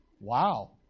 Wow